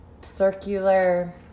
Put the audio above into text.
circular